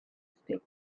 states